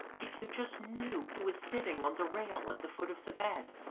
if you just knew who is sitting on the rail at the foot of the bed